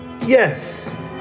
Yes